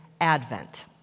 Advent